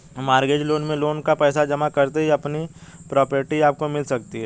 mortgage loan में loan का पैसा जमा करते ही अपनी प्रॉपर्टी आपको मिल सकती है